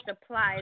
supplies